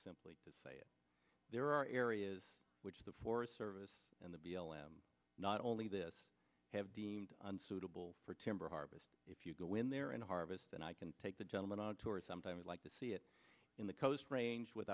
simply say it there are areas which the forest service and the b l m not only this have deemed unsuitable for timber harvest if you go in there and harvest and i can take the gentleman on tour sometimes like to see it in the coast range with